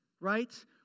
right